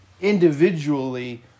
individually